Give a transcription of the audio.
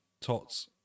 Tots